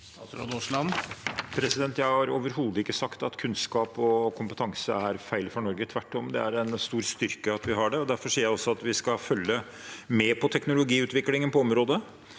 Statsråd Terje Aasland Jeg har overho- det ikke sagt at kunnskap og kompetanse er feil for Norge. Tvert om er det en stor styrke at vi har det, og derfor sier jeg også at vi skal følge med på teknologiutviklingen på området,